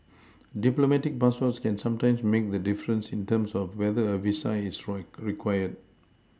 diplomatic passports can sometimes make the difference in terms of whether a visa is required